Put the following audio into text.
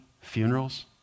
funerals